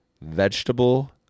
vegetable